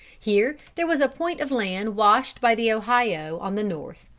here there was a point of land washed by the ohio on the north,